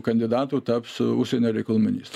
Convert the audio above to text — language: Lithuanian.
kandidatų taps užsienio reikalų ministru